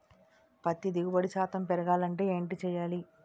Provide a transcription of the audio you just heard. పత్తి దిగుబడి శాతం పెరగాలంటే ఏంటి చేయాలి?